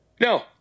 No